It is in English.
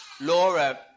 Laura